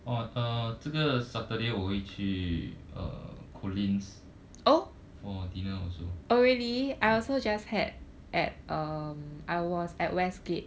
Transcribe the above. orh uh 这个 saturday 我会去 uh collin's for dinner also